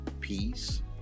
peace